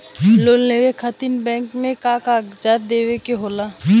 Loan लेवे खातिर bank मे का कागजात दिखावे के होला?